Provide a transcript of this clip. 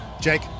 Jake